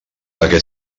aquest